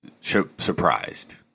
surprised